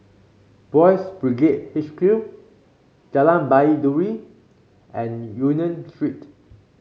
Boys' Brigade H Q Jalan Baiduri and Union Street